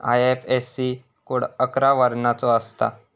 IFSC code अकरा वर्णाचो असता